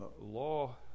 Law